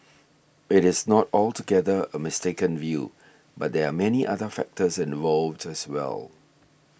it is not altogether a mistaken view but there are many other factors involved as well